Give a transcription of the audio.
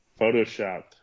Photoshop